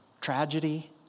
Tragedy